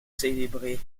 célébrées